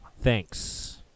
Thanks